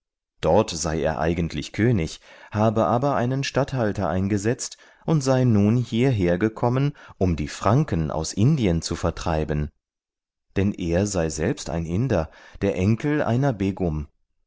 dort sei er eigentlich könig habe aber einen statthalter eingesetzt und sei nun hierher gekommen um die franken aus indien zu vertreiben denn er sei selbst ein inder der enkel einer